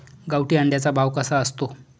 गावठी अंड्याचा भाव कसा असतो?